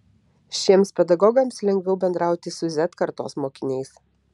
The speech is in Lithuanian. šiems pedagogams lengviau bendrauti su z kartos mokiniais